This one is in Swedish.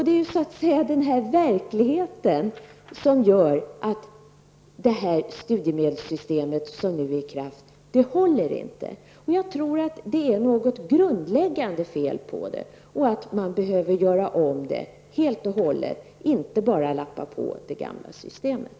Det är ju verkligheten som gör att det studiemedelssystem som nu är i kraft inte håller. Jag tror att det är något grundläggande fel på det och att man behöver göra om det helt och hållet, inte bara lappa på det gamla systemet.